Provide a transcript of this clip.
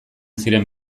ziren